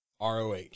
ROH